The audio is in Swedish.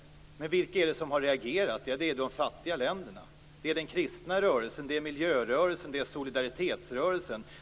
Men vilka är det som har reagerat? Jo, det är de fattiga länderna, den kristna rörelsen, miljörörelsen och solidaritetsrörelsen.